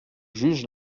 juge